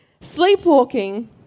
sleepwalking